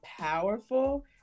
powerful